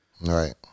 Right